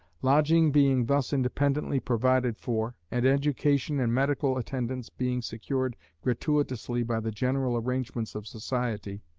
lodging being thus independently provided for, and education and medical attendance being secured gratuitously by the general arrangements of society,